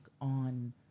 on